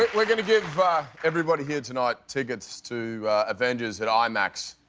we're going to give everybody here tonight tickets to avengers at imax.